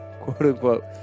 quote-unquote